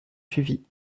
suivis